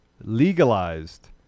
legalized